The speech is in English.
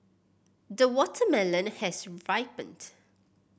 the watermelon has ripened